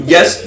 Yes